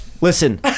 Listen